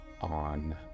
on